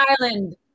Island